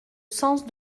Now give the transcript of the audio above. sens